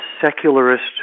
secularist